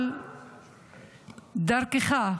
אבל דרכך,